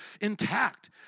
intact